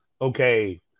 okay